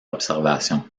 observation